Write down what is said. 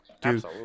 dude